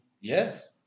Yes